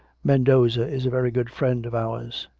men doza is a very good friend of ours.